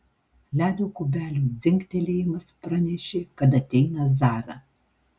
ledo kubelių dzingtelėjimas pranešė kad ateina zara